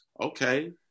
Okay